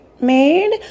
made